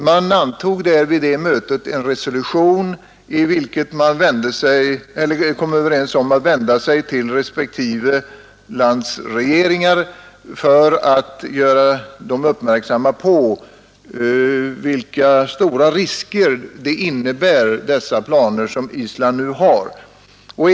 Vid den konferensen antogs också en resolution som innebar att man var överens om att göra respektive länders regeringar uppmärksamma på vilka stora risker Islands nuvarande planer för med sig.